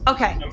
Okay